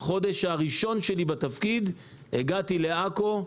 בחודש הראשון שלי בתפקיד הגעתי לעכו,